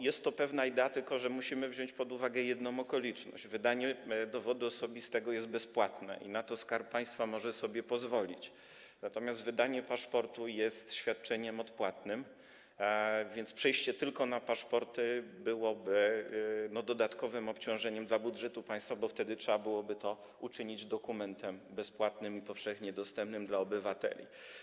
Jest to pewna idea, tylko że musimy wziąć pod uwagę jedną okoliczność: wydanie dowodu osobistego jest bezpłatne i na to Skarb Państwa może sobie pozwolić, natomiast wydanie paszportu jest świadczeniem odpłatnym, więc przejście tylko na paszporty byłoby dodatkowym obciążeniem dla budżetu państwa, bo wtedy trzeba byłoby je uczynić dokumentami bezpłatnymi i powszechnie dostępnymi dla obywateli.